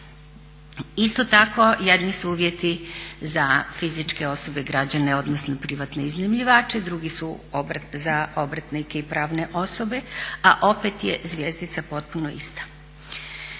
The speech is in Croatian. Isto tako jedni su uvjeti za fizičke osobe, građane odnosno privatne iznajmljivače, drugi su za obrtnike i pravne osobe a opet je zvjezdica potpuno ista.